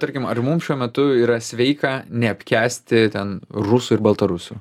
tarkim ar mum šiuo metu yra sveika neapkęsti ten rusų ir baltarusių